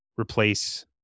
replace